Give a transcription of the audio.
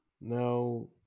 now